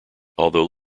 although